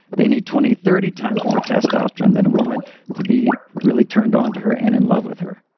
they need twenty, thirty times more testosterone than a woman to be really turned on to her and in love with her.